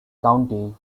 county